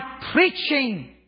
preaching